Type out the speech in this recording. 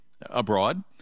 abroad